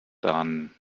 done